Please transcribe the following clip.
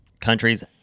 countries